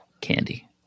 Candy